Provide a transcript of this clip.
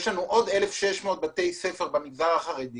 יש לנו עוד 1,600 בתי ספר במגזר החרדי